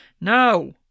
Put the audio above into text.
No